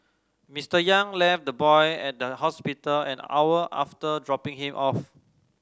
Mister Yang left the boy at the hospital an hour after dropping him off